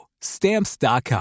Stamps.com